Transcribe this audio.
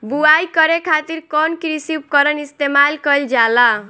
बुआई करे खातिर कउन कृषी उपकरण इस्तेमाल कईल जाला?